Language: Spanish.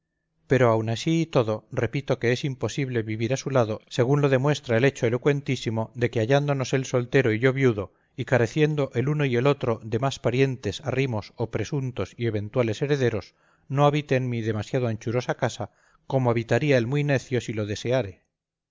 pero aun así y todo repito que es imposible vivir a su lado según lo demuestra el hecho elocuentísimo de que hallándonos él soltero y yo viudo y careciendo el uno y el otro de más parientes arrimos o presuntos y eventuales herederos no habite en mi demasiado anchurosa casa como habitaría el muy necio si lo deseare